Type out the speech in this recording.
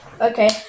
Okay